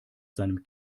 seinem